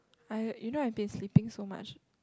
I you know I have been sleeping so much